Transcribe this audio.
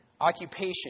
occupation